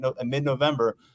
mid-November